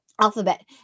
alphabet